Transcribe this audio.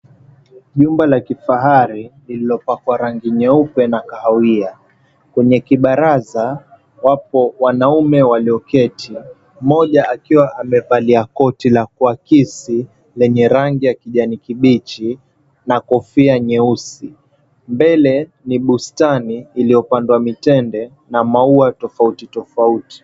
Nyumba la kifahari lililopakwa rangi nyeupe na kahawia. Kwenye kibaraza wapo wanaume walioketi, mmoja akiwa amevalia koti la kwakisi lenye rangi ya kijani kibichi na kofia nyeusi. Mbele ni bustani iliyopandwa mitende na maua tofauti tofauti.